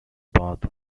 path